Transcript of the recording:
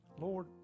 Lord